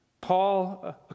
Paul